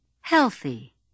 Healthy